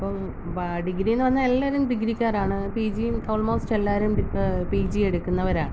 അപ്പോള് ഡിഗ്രി എന്നുപറഞ്ഞാല് എല്ലാവരും ഡിഗ്രിക്കാരാണ് പി ജിയും ഓൾമോസ്റ്റ് എല്ലാവരും പി ജി എടുക്കുന്നവരാണ്